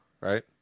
right